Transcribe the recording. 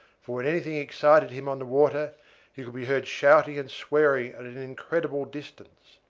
for when anything excited him on the water he could be heard shouting and swearing at an incredible distance.